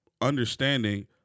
understanding